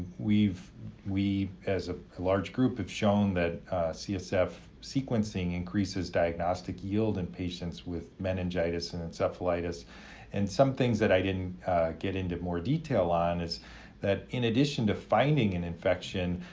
we, as a large group, have shown that csf sequencing increases diagnostic yield in patients with meningitis and encephalitis and some things that i didn't get into more detail on is that, in addition to finding an infection,